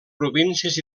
províncies